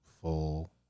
full